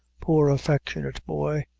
poor affectionate boy!